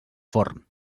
forn